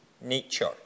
nature